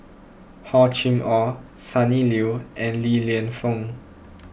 Hor Chim or Sonny Liew and Li Lienfung